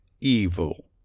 Evil